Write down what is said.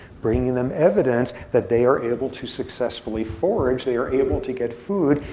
bringing them evidence that they are able to successfully forage, they are able to get food.